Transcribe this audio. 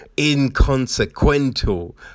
inconsequential